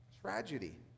tragedy